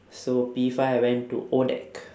so P five I went to ODAC